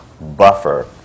buffer